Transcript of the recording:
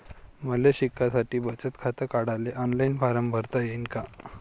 मले शिकासाठी बचत खात काढाले ऑनलाईन फारम भरता येईन का?